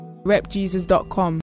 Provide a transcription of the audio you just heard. repjesus.com